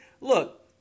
look